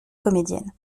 comédienne